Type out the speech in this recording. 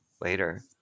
later